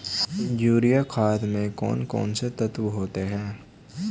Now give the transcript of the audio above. Urea खाद में कौन कौन से तत्व होते हैं?